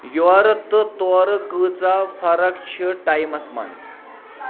یورٕ تہٕ تورٕ کٲژاہ فرق چھِ ٹایٔمس منٛز